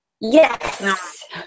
Yes